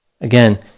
Again